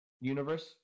universe